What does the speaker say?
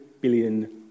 billion